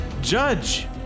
Judge